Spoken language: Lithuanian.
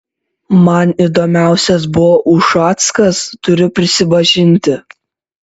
man įdomiausias buvo ušackas turiu prisipažinti